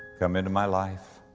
come into my life.